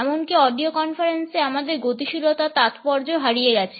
এমনকি অডিও কনফারেন্সে আমাদের গতিশীলতার তাৎপর্য হারিয়ে গেছে